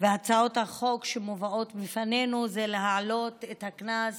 והצעות החוק שמובאות בפנינו היא להעלות את הקנס